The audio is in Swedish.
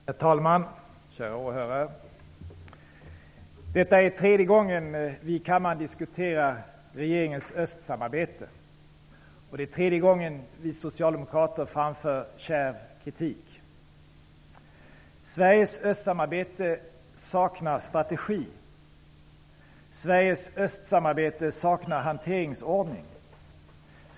Herr talman! Kära åhörare! Detta är tredje gången vi i kammaren diskuterar regeringens östsamarbete. Det är tredje gången vi socialdemokrater framför kärv kritik. Sveriges östsamarbete saknar strategi. Sveriges östsamarbete saknar hanteringsordning.